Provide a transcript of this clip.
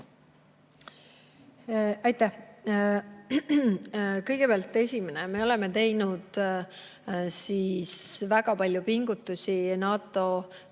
Aitäh! Kõigepealt esimene. Me oleme teinud väga palju pingutusi NATO